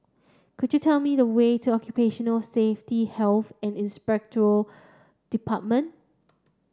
could you tell me the way to Occupational Safety Health and Inspectorate Department